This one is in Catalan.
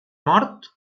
mort